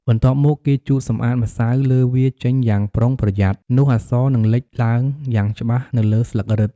បន្ទាប់មក គេជូតសម្អាតម្សៅលើវាចេញយ៉ាងប្រុងប្រយ័ត្ន នោះអក្សរនឹងលេចឡើងយ៉ាងច្បាស់នៅលើស្លឹករឹត។